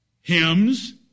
hymns